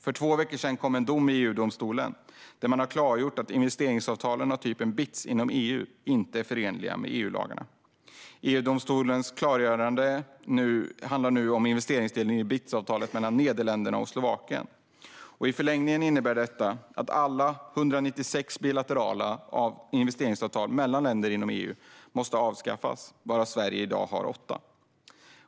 För två veckor sedan kom en dom i EU-domstolen där man har klargjort att investeringsavtal av typen BITS inom EU inte är förenliga med EU-lagarna. EU-domstolens klargörande handlar nu om investeringsdelen i BITS-avtalet mellan Nederländerna och Slovakien. I förlängningen innebär detta att alla 196 bilaterala investeringsavtal mellan länder inom EU måste avskaffas, varav Sverige i dag har åtta.